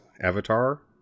Avatar